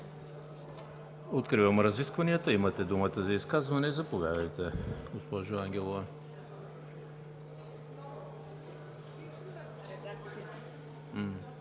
Откривам разискванията. Имате думата за изказване. Заповядайте, госпожо Ангелова.